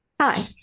Hi